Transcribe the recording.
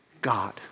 God